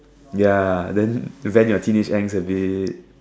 ya then vent your teenage angst a bit